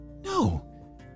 no